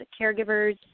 caregivers